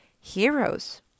Heroes